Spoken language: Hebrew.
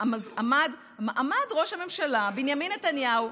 עמד ראש הממשלה בנימין נתניהו,